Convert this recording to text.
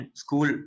school